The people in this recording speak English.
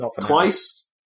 twice